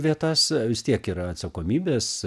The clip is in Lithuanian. vietas vis tiek yra atsakomybės